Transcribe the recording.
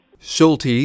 Schulte